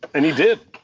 and he did.